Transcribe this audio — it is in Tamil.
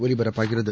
ஒலிபரப்பாகிறது